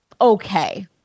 okay